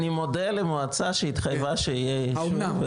אני מודה למועצה שהתחייבה שיהיה אישור.